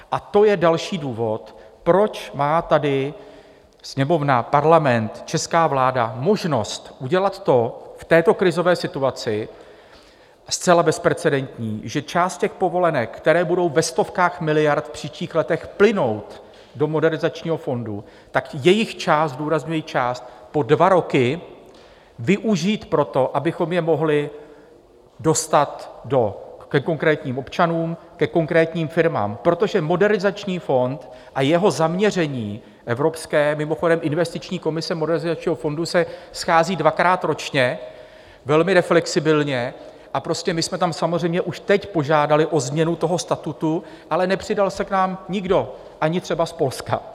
A to je další důvod, proč má tady Sněmovna, parlament, česká vláda možnost udělat to v této krizové situaci zcela bezprecedentní, že část těch povolenek, které budou ve stovkách miliard v příštích letech plynout do Modernizačního fondu, tak jejich část zdůrazňuji část po dva roky využít pro to, abychom je mohli dostat ke konkrétním občanům, ke konkrétním firmám, protože Modernizační fond a jeho zaměření evropské mimochodem, investiční komise Modernizačního fondu se schází dvakrát ročně, velmi reflexibilně, a my jsme tam samozřejmě už teď požádali o změnu toho statutu, ale nepřidal se k nám nikdo, ani třeba z Polska.